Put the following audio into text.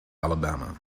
alabama